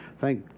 thank